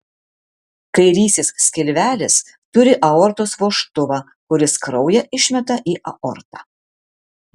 kairysis skilvelis turi aortos vožtuvą kuris kraują išmeta į aortą